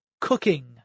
cooking